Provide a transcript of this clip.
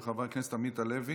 של חבר הכנסת עמית הלוי.